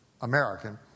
American